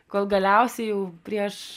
kol galiausiai jau prieš